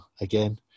again